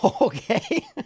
Okay